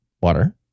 water